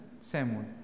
Samuel